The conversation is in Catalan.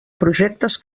projectes